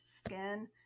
skin